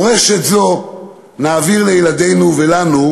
מורשת זו נעביר לילדינו ולנו,